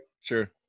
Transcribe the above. Sure